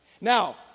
now